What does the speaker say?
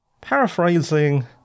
Paraphrasing